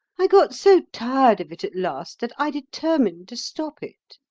i got so tired of it at last that i determined to stop it.